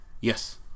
Yes